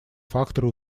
факторы